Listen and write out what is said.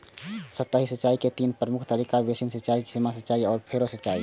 सतही सिंचाइ के तीन प्रमुख तरीका छै, बेसिन सिंचाइ, सीमा सिंचाइ आ फरो सिंचाइ